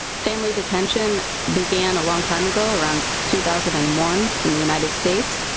family detention began a long time ago, around two thousand and one in the united states.